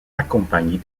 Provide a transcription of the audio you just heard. accompagnée